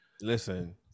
Listen